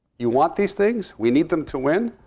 you want these things. we need them to win.